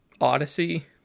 Odyssey